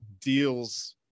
deals